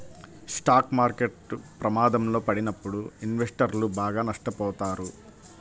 stock market ప్రమాదంలో పడినప్పుడు ఇన్వెస్టర్లు బాగా నష్టపోతారు